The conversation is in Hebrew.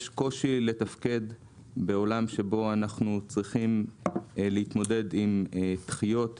יש קושי לתפקד בעולם שבו אנחנו צריכים להתמודד עם דחיות,